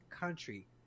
country